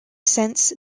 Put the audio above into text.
sense